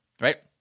Right